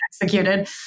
executed